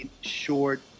short